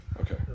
Okay